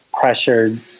pressured